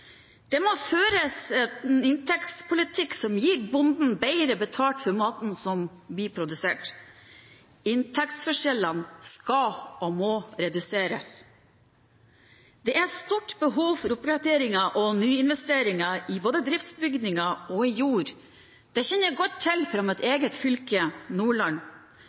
Det må føres en inntektspolitikk som gir bonden bedre betalt for maten som blir produsert. Inntektsforskjellene skal og må reduseres. Det er stort behov for oppgraderinger og nyinvesteringer i både driftsbygninger og jord. Det kjenner jeg godt til fra mitt eget fylke, Nordland.